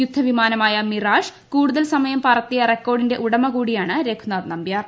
യുദ്ധവിമാനമായ Mirage കൂടുതൽ സമയം പറത്തിയ റെക്കോഡിന്റെ ഉടമ കൂടിയാണ് രഘുനാഥ് നമ്പ്യാർ